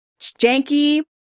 janky